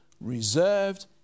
reserved